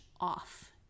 off